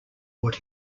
what